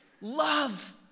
love